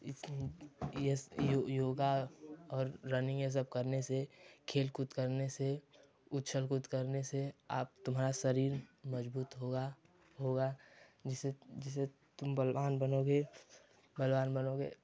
इससे ही यो यो योगा और रनिन्ग यह सब करने से खेलकूद करने से उछलकूद करने से आप तुम्हारा शरीर मज़बूत होगा होगा जिससे जिससे तुम बलवान बनोगे बलवान बनोगे